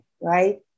right